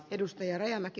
arvoisa puhemies